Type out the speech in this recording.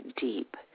deep